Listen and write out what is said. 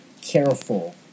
careful